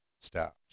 stopped